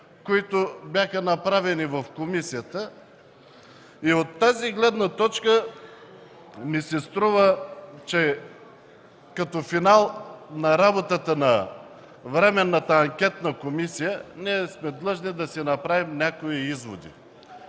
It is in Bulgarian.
които бяха направени в комисията. От тази гледна точка ми се струва, че като финал на работата на Временната анкетна комисия сме длъжни да си направим някои изводи.